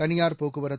தனியார் போக்குவரத்து